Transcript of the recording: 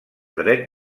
dret